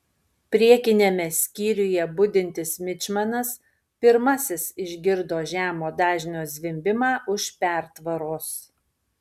priekiniame skyriuje budintis mičmanas pirmasis išgirdo žemo dažnio zvimbimą už pertvaros